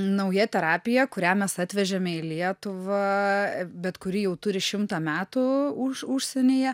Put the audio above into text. nauja terapija kurią mes atvežėme į lietuvą bet kuri jau turi šimtą metų už užsienyje